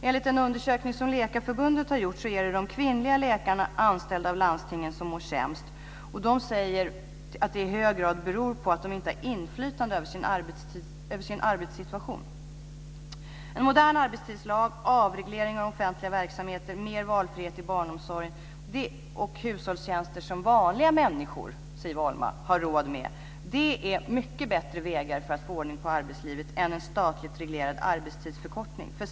Enligt en undersökning som Läkarförbundet har gjort är det de kvinnliga läkarna anställda av landstingen som mår sämst. De säger att det i hög grad beror på att de inte har inflytande över sin arbetssituation. En modern arbetstidslag, avreglering av offentliga verksamheter, mer valfrihet i barnomsorg och hushållstjänster som vanliga människor har råd med är mycket bättre vägar för att få en ordning på arbetslivet än en statligt reglerad arbetstidsförkortning.